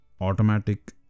automatic